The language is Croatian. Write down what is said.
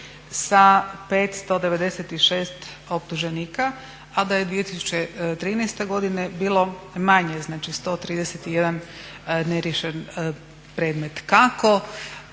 sa 596 optuženika, a da je 2013.godine bilo manje, znači 131 neriješen predmet. Kako